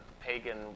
pagan